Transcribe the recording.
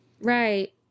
right